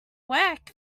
work